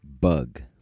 Bug